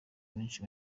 abenshi